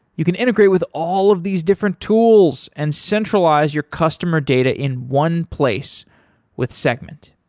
you can integrate with all of these different tools and centralize your customer data in one place with segment.